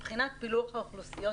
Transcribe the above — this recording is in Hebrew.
מבחינת פילוח האוכלוסיות